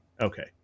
Okay